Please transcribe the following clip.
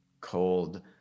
cold